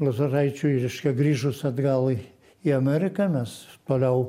lozoraičiui reiškia grįžus atgal į ameriką mes toliau